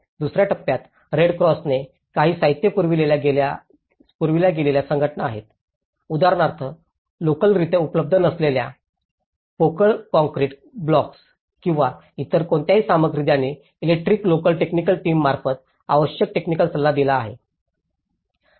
दुसर्या टप्प्यात रेड क्रॉसने काही साहित्य पुरविल्या गेलेल्या संघटना आहेत उदाहरणार्थ लोकलरित्या उपलब्ध नसलेल्या पोकळ कॉंक्रिट ब्लॉक्स किंवा इतर कोणतीही सामग्री ज्याने इलेक्ट्रिक लोकल टेक्निकल टीम मार्फत आवश्यक टेकनिक सल्ला दिला आहे